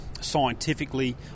scientifically